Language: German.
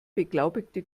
beglaubigte